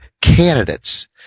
candidates